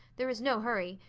there is no hurry.